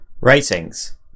Ratings